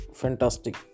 fantastic